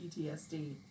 PTSD